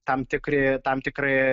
tam tikri tam tikri